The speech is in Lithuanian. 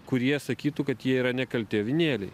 kurie sakytų kad jie yra nekalti avinėliai